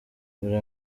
dore